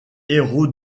héros